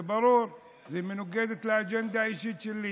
זה ברור, זה מנוגד לאג'נדה האישית שלי.